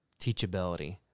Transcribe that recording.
teachability